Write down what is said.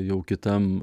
jau kitam